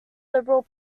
liberal